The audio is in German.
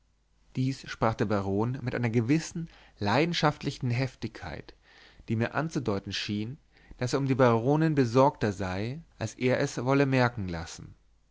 dies sprach der baron mit einer gewissen leidenschaftlichen heftigkeit die mir anzudeuten schien daß er um die baronin besorgter sei als er es wolle merken lassen